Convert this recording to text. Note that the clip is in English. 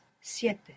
siete